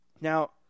Now